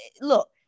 look